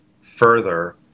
further